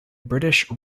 british